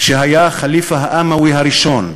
שהיה הח'ליף האומאי הראשון,